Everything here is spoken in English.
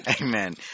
Amen